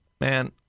man